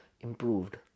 improved